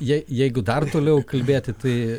jei jeigu dar toliau kalbėti tai